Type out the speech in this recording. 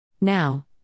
Now